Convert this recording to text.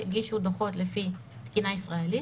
הגישו דוחות לפי תקינה ישראלית.